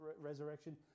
resurrection